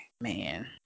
Man